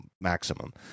maximum